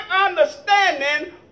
understanding